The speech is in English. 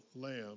lamb